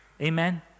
Amen